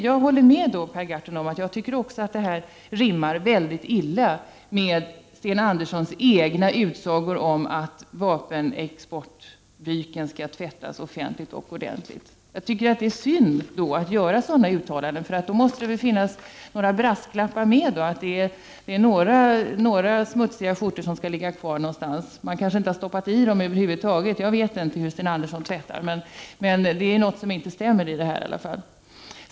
Jag håller med Per Gahrton om att det rimmar väldigt illa med Sten Anderssons egna utsagor om att vapenexportbyken skall tvättas offentligt och ordentligt. Jag tycker att det är synd att under de omständigheterna göra sådana uttalanden. Då borde det ju ha funnits med någon brasklapp om att några smutsiga skjortor skall ligga kvar någonstans; man kanske över huvud taget inte har stoppat ned dem i tvätten — jag vet inte hur Sten Andersson tvättar. Det är i alla fall någonting som inte stämmer i det här.